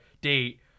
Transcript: date